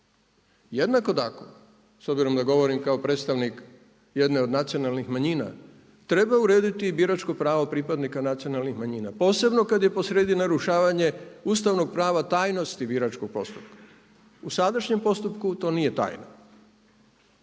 Jednako tako s obzirom da govorim kao predstavnik jedne od nacionalnih manjina treba urediti biračko pravo pripadnika nacionalnih manjina, posebno kad je posrijedi narušavanje ustavnog prava tajnosti biračkog postupka. U sadašnjem postupku to nije tajna.